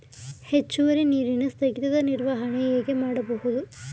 ಹೆಚ್ಚುವರಿ ನೀರಿನ ಸ್ಥಗಿತದ ನಿರ್ವಹಣೆ ಹೇಗೆ ಮಾಡಬಹುದು?